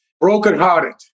brokenhearted